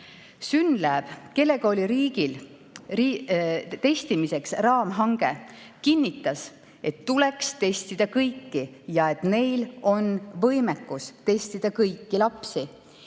SYNLAB, kellega oli riigil testimiseks raamhange, kinnitas, et tuleks testida kõiki ja et neil on võimekus testida kõiki lapsi.